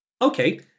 okay